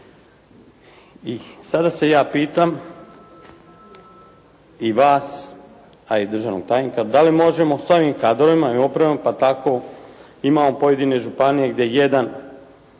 I sada se ja pitam i vas, a i državnog tajnika, da li možemo s ovim kadrovima i opremom, pa tako imamo i pojedine županije gdje jedan